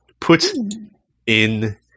Put-In